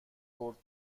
برد